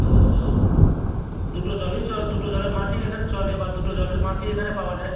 তো দুটো জলই চ দুটো জলের মাছই এখানে চলে বা দুটো জলের মাছই এখানে পাওয়া যায়